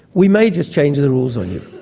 we may just change the rules on you.